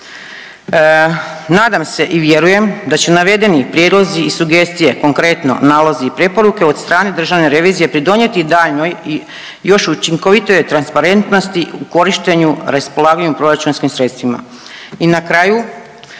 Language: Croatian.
Nadam se i vjerujem da će navedeni prijedlozi i sugestije konkretno nalozi i preporuke od strane Državne revizije pridonijeti daljnjoj i još učinkovitijoj transparentnosti u korištenju, raspolaganju proračunskim sredstvima.